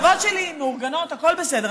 המחשבות שלי מאורגנות, הכול בסדר.